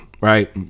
Right